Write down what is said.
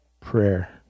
prayer